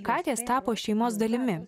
katės tapo šeimos dalimi